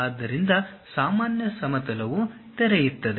ಆದ್ದರಿಂದ ಸಾಮಾನ್ಯ ಸಮತಲವು ತೆರೆಯುತ್ತದೆ